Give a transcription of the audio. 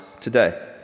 today